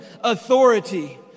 authority